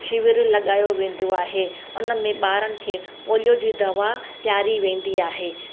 शिविर लॻायो वेंदो आहे उन में ॿारनि खे पोलियो जी दवा पीआरी वेंदी आहे